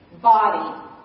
body